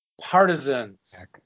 Partisans